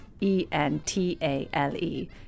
E-N-T-A-L-E